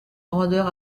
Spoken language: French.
grandeur